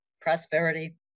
prosperity